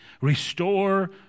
Restore